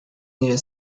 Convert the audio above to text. near